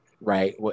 right